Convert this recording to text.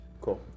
Cool